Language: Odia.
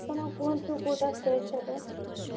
ଆପଣ କୁହନ୍ତୁ କେଉଁଟା ଫ୍ରେଶ୍ ହେବ